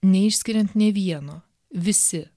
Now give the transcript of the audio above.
neišskiriant nė vieno visi